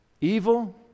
Evil